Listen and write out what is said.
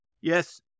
Yes